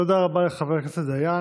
תודה רבה לחבר הכנסת דיין.